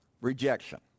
rejection